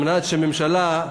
כדי שממשלה,